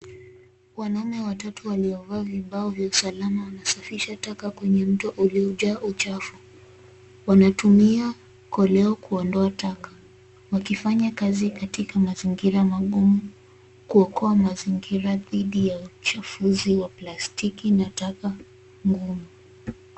Wanaume watatu waliovaa vibao vya usalama wanasafisha taka kwenye mto uliojaa uchafu. Wanatumia koleo kuondoa taka wakifanya kazi katika mazingira magumu kuokoa mazingira dhidi ya uchafu wa plastiki na taka ngumu.